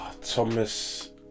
Thomas